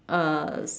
uh